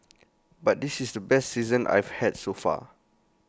but this is the best season I've had so far